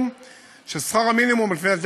כששכר המינימום במדינה,